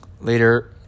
Later